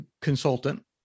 consultant